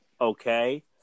okay